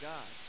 God